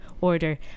order